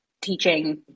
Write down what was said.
teaching